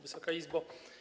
Wysoka Izbo!